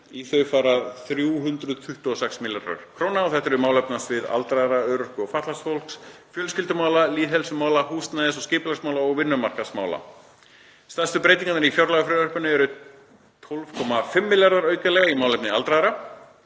Í þau fara 326 milljarðar kr. Þetta eru málefnasvið aldraðra, örorku og fatlaðs fólks, fjölskyldumála, lýðheilsumála, húsnæðis- og skipulagsmála og vinnumarkaðsmála. Stærstu breytingarnar í fjárlagafrumvarpi eru 12,5 milljarðar aukalega í málefni aldraðra,